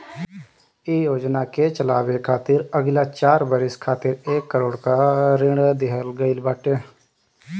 इ योजना के चलावे खातिर अगिला चार बरिस खातिर एक करोड़ कअ ऋण देहल गईल बाटे